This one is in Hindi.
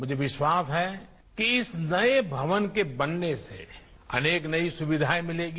मुझे विश्वास है कि इस नए भवन के बनने से अनेक नई सुविधाएं मिलेंगी